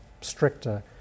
stricter